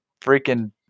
freaking